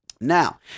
Now